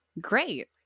great